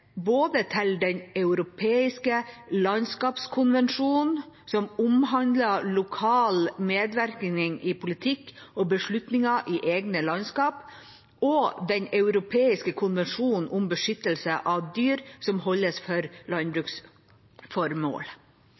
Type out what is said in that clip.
både til Den europeiske landskapskonvensjonen, som omhandler lokal medvirkning i politikk og beslutninger i egne landskap, og til Den europeiske konvensjon om beskyttelse av dyr som holdes for landbruksformål.